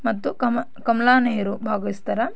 ಮತ್ತು ಕಮ ಕಮಲಾ ನೆಹರು ಭಾಗವಹಿಸ್ತಾರೆ